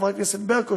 חברת הכנסת ברקו,